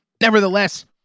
Nevertheless